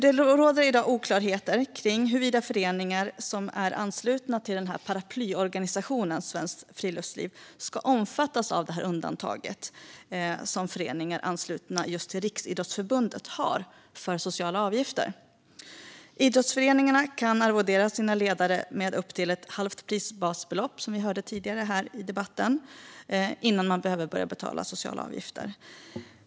Det råder i dag oklarheter kring huruvida föreningar som är anslutna till paraplyorganisationen Svenskt Friluftsliv ska omfattas av det undantag som föreningar anslutna till just Riksidrottsförbundet har för sociala avgifter. Idrottsföreningarna kan arvodera sina ledare med upp till ett halvt prisbasbelopp innan man behöver börja betala sociala avgifter, som vi hört tidigare här i debatten.